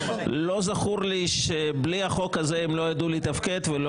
לא זכור לי שבלי החוק הזה הם לא ידעו לתפקד ולא